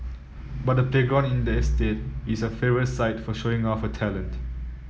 but the playground in the estate is her favourite site for showing off her talent